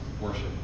Worship